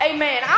Amen